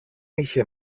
είχε